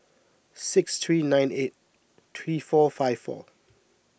six three nine eight three four five four